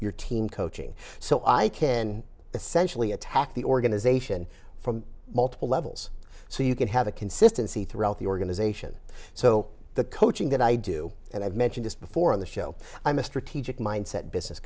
your team coaching so i kin essentially attack the organization from multiple levels so you can have a consistency throughout the organization so the coaching that i do and i've mentioned before on the show i'm a strategic mindset business